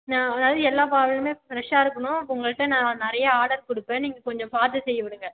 நான் அதாவது எல்லா காயுமே ஃபிரெஷ்ஷாக இருக்கணும் உங்ககிட்ட நான் நிறைய ஆர்டர் கொடுப்பேன் நீங்கள் கொஞ்சம் பார்த்து செய்து கொடுங்க